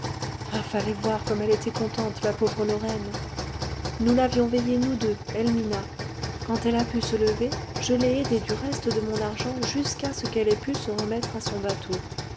ah fallait voir comme elle était contente la pauvre lorraine nous l'avions veillée nous deux helmina quand elle a pu se lever je l'ai aidée du reste de mon argent jusqu'à ce qu'elle ait pu se remettre à son bateau